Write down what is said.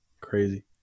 Crazy